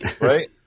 Right